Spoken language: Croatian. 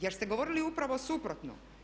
Jer ste govorili upravo suprotno.